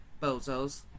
bozos